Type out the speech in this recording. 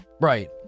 right